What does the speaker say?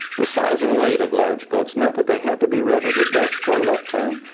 the size and weight of large books meant that they had to be read at a desk or lectern,